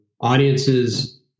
audiences